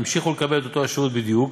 המשיכו לקבל את אותו השירות בדיוק.